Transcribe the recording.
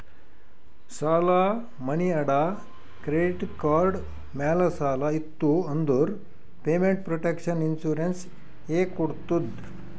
ಸಾಲಾ, ಮನಿ ಅಡಾ, credit card ಮ್ಯಾಲ ಸಾಲ ಇತ್ತು ಅಂದುರ್ ಪೇಮೆಂಟ್ ಪ್ರೊಟೆಕ್ಷನ್ ಇನ್ಸೂರೆನ್ಸ್ ಎ ಕೊಡ್ತುದ್